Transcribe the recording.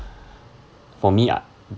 for me I